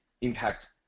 impact